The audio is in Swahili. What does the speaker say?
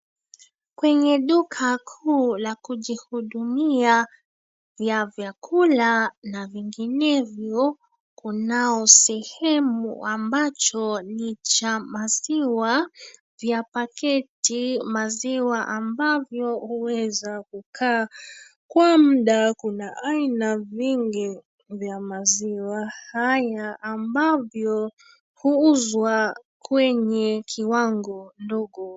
Kwenye duka kuu la kujihudumia vya vyakula na vinginevyo, kunao sehemu ambacho ni cha maziwa vya pakiti, maziwa ambavyo huweza kukaa kwa muda. Kuna aina vingi vya maziwa haya ambavyo huuzwa kwenye kiwango ndogo.